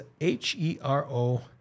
H-E-R-O